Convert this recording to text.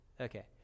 Okay